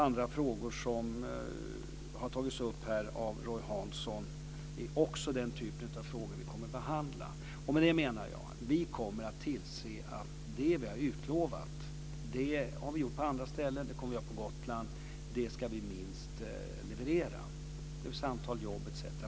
Andra frågor som här har tagits upp av Roy Hansson är också den typ av frågor vi kommer att behandla. Med det menar jag att vi kommer att tillse att det vi har utlovat - det vi har gjort på andra ställen och kommer att göra på Gotland - ska vi minst leverera, dvs. ett antal jobb, etc.